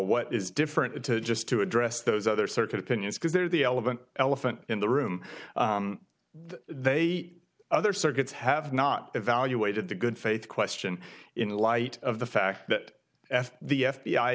what is different to just to address those other circuit opinions because there is the element elephant in the room they other circuits have not evaluated the good faith question in light of the fact that the f